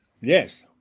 Yes